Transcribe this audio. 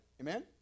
Amen